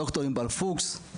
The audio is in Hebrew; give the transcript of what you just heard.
דוקטור ענבל פוקס,